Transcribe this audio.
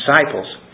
disciples